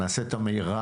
נעשה את המרב